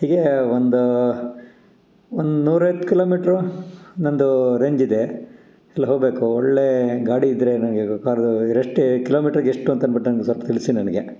ಹೀಗೆ ಒಂದು ಒಂದು ನೂರೈವತ್ತು ಕಿಲೋಮೀಟ್ರು ನನ್ನದು ರೇಂಜಿದೆ ಅಲ್ಲಿ ಹೋಬೇಕು ಒಳ್ಳೆ ಗಾಡಿ ಇದ್ದರೆ ನನಗೆ ಕಾರು ರೆಷ್ಟೇ ಕಿಲೋಮೀಟ್ರಿಗೆಷ್ಟು ಅಂತ ಅನ್ಬಿಟ್ಟು ಸ್ವಲ್ಪ ತಿಳಿಸಿ ನನಗೆ